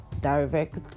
direct